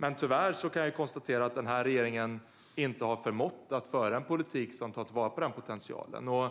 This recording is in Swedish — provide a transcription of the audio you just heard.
Men tyvärr kan jag konstatera att den här regeringen inte har förmått att föra en politik som har tagit vara på den potentialen.